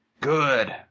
Good